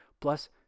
Plus